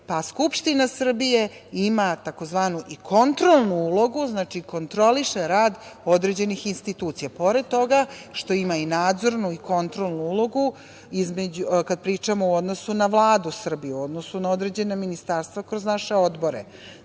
pa Skupština Srbije ima tzv. "kontrolnu ulogu", znači kontroliše rad određenih institucija. Pored toga što ima i nadzornu i kontrolnu ulogu, kad pričamo u odnosu na Vladu Srbije, u odnosu na određena ministarstva, kroz naše odbore.